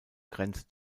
grenze